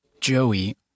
Joey